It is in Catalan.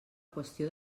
qüestió